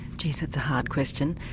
gee that's a hard question